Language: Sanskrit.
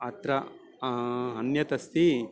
अत्र अन्यत् अस्ति